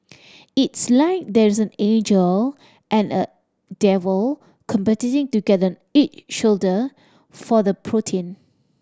it's like there's an angel and a devil competing to get each shoulder for the protein